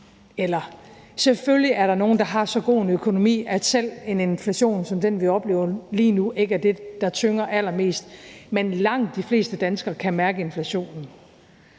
der selvfølgelig er nogle, der har så god en økonomi, at selv en inflation som den, vi oplever lige nu, ikke er det, der tynger allermest, men langt de fleste danskere kan mærke inflationen.